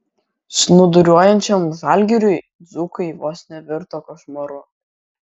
snūduriuojančiam žalgiriui dzūkai vos nevirto košmaru